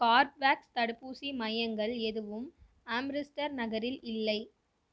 கார்ப்வேக்ஸ் தடுப்பூசி மையங்கள் எதுவும் ஆம்ரிஸ்டர் நகரில் இல்லை